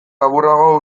laburrago